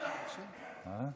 אני אעשה ניסוי נוסף: הואשלה,